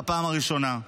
בפעם הראשונה.